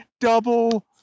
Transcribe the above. double